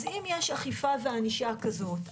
אז אם יש אכיפה וענישה כזאת,